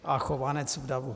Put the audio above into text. A Chovanec v davu.